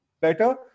better